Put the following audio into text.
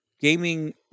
gaming